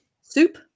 Soup